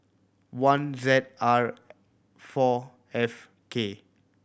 one Z R four F K